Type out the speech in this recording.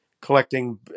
collecting